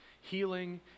healing